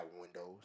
windows